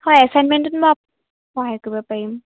হয় এছাইনমেণ্টটোত মই আপোনাক সহায় কৰিব পাৰিম